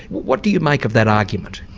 what do you make of that argument?